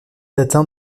atteint